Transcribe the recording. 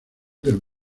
del